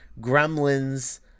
Gremlins